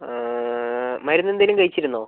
മരുന്ന് എന്തെങ്കിലും കഴിച്ചിരുന്നോ